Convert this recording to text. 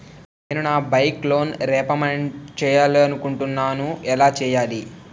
నేను నా bike loan repayment చేయాలనుకుంటున్నా ఎలా చేయాలి?